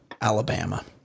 Alabama